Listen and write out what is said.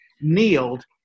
kneeled